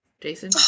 Jason